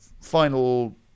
final